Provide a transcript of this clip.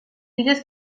illes